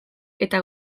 eta